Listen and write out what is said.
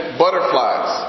butterflies